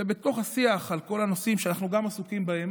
ובתוך השיח על כל הנושאים שאנחנו גם עסוקים בהם